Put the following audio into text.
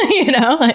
you know? like